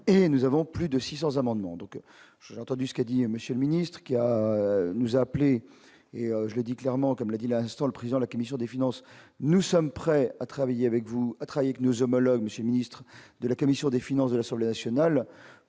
et nous avons plus de 600 amendements, donc j'ai entendu ce qu'a dit Monsieur le Ministre, qui à nous appeler, et je le dis clairement comme l'a dit, l'instant, le président de la commission des finances, nous sommes prêts à travailler avec vous a trahi que nos homologues Monsieur Ministre de la commission des finances de l'Assemblée nationale